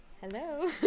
Hello